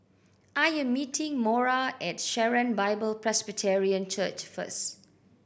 I am meeting Maura at Sharon Bible Presbyterian Church first